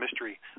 mystery